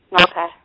Okay